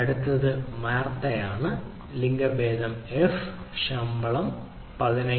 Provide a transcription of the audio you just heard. അടുത്തത് മാർത്തയാണ് ലിംഗഭേദം എഫ് ശമ്പളം 15000